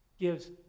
gives